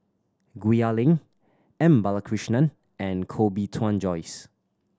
Gwee Ah Leng M Balakrishnan and Koh Bee Tuan Joyce